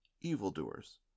evildoers